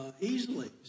easily